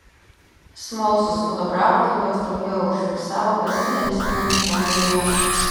smalsūs fotografai juos drauge užfiksavo besilinksminančius vandenyje